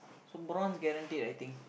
so bronze guaranteed I think